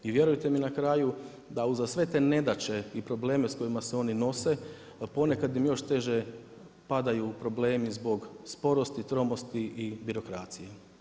I vjerujte mi na kraju da uza sve te nedaće i probleme s kojima se oni nose, ponekad im još teže padaju problemi zbog sporosti, tromosti i birokracije.